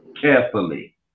carefully